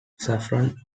saffron